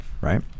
right